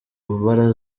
bwari